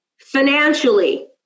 financially